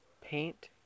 paint